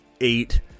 eight